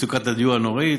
מצוקת הדיור נוראית,